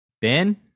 Ben